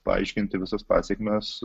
paaiškinti visas pasekmes